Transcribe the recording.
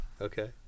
Okay